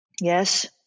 Yes